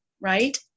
right